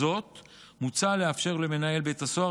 שמתאחדים למטרה בהתמדה,